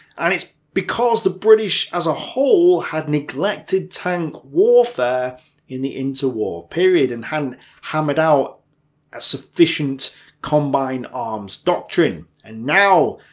and it's because the british as a whole had neglected tank warfare in the interwar ah period, and hadn't hammered out a sufficient combined-arms doctrine. and now,